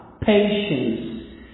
patience